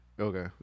Okay